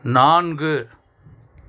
நான்கு